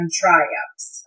triumphs